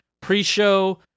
pre-show